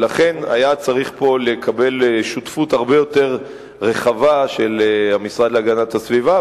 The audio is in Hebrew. ולכן היה צריך לקבל פה שותפות הרבה יותר רחבה של המשרד להגנת הסביבה,